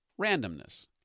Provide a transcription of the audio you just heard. Randomness